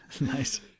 Nice